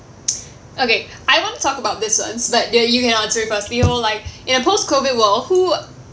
okay I want to talk about this ones but there you can answer it firstly so like in a post COVID world who